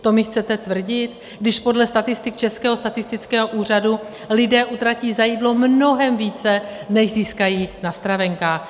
To mi chcete tvrdit, když podle statistik Českého statistického úřadu lidé utratí za jídlo mnohem více, než získají na stravenkách.